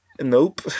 Nope